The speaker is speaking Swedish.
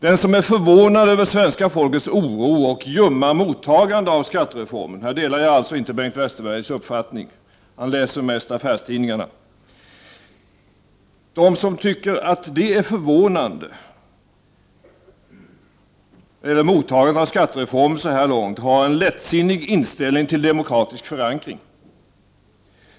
Den som är förvånad över svenska folkets oro och dess ljumma mottagande av skattereformen så här långt — här delar jag alltså inte Bengt Westerbergs uppfattning, för han läser mest affärstidningar — har en lättsinnig inställning till detta med demokratisk förankring.